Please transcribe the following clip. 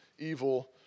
evil